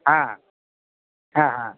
হ্যাঁ হ্যাঁ হ্যাঁ হ্যাঁ